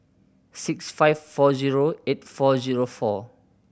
six five four zero eight four zero four